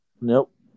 Nope